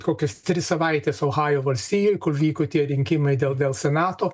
kokias tris savaites ohajo valstijoj kur vyko tie rinkimai dėl dėl senato